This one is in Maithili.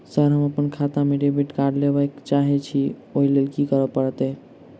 सर हम अप्पन खाता मे डेबिट कार्ड लेबलेल चाहे छी ओई लेल की परतै?